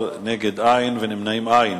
סגרנו להיום.